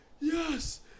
yes